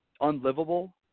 unlivable